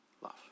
love